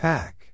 Pack